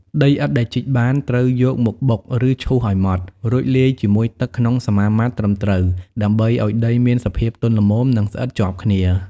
ដីឥដ្ឋដែលជីកបាន ត្រូវយកមកបុក ឬឈូសឱ្យម៉ដ្ឋ រួចលាយជាមួយទឹកក្នុងសមាមាត្រត្រឹមត្រូវ ដើម្បីឱ្យដីមានសភាពទន់ល្មម និងស្អិតជាប់គ្នា។